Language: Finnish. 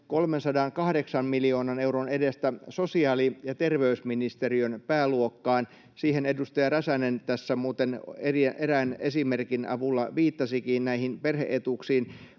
308 miljoonan euron edestä sosiaali- ja terveysministeriön pääluokkaan. Siihen edustaja Räsänen tässä muuten erään esimerkin avulla viittasikin, näihin perhe-etuuksiin,